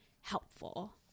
helpful